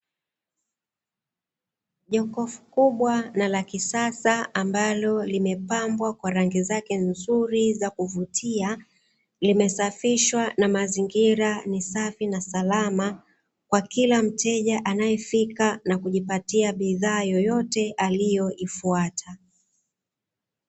Jokofu kubwa la kisasa ambalo limepambwa kwa rangi zake nzuri za kuvutia, limesafishwa na mazingira ni safi na salama kwa kila mteja anayefika na kujipatia bidhaa yoyote aliyoifuata.